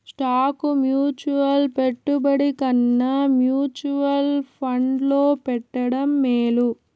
stock mutual పెట్టుబడి కన్నా mutual ఫండ్లో పెట్టడం మేలు